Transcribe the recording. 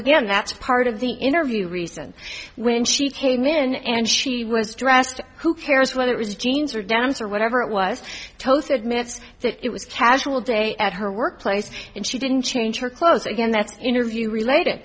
again that's part of the interview reason when she came in and she was dressed who cares whether it was jeans or dance or whatever it was toast admits it was casual day at her workplace and she didn't change her clothes again that's interview related